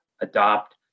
adopt